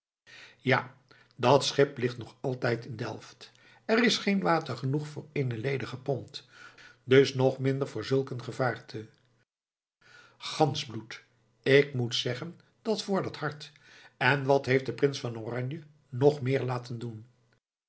ja dat schip ligt nog altijd in delft er is geen water genoeg voor eene ledige pont dus nog minder voor zulk een gevaarte gansbloed ik moet zeggen dat vordert hard en wat heeft de prins van oranje nog meer laten doen